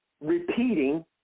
repeating